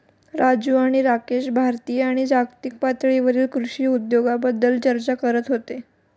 राजू आणि राकेश भारतीय आणि जागतिक पातळीवरील कृषी उद्योगाबद्दल चर्चा करत होते